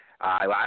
Last